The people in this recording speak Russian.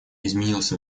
изменился